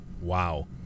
Wow